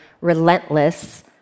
relentless